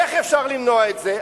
איך אפשר למנוע את זה?